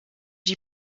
die